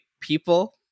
people